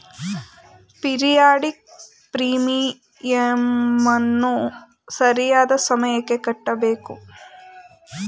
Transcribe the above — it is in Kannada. ಪೀರಿಯಾಡಿಕ್ ಪ್ರೀಮಿಯಂನ್ನು ಸರಿಯಾದ ಸಮಯಕ್ಕೆ ಕಟ್ಟಬೇಕು